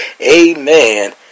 Amen